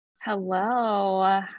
Hello